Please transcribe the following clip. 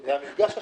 זה המפגש השנתי.